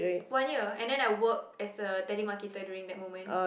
one year and then I worked as a telemarketer during that moment